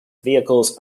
vehicles